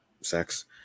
sex